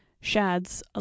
shads